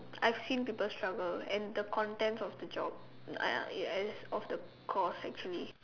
I've seen people struggle and the contents of the job I I ya of the course actually